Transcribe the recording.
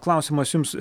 klausimas jums